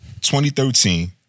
2013